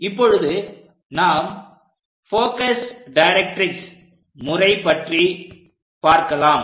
இப்பொழுது நாம் focus directrix முறை பற்றி பார்க்கலாம்